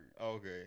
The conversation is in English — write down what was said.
Okay